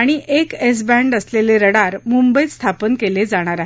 आणि एक S band असलेले रडार मुंबईत स्थापन केले जाणार आहेत